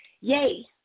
yay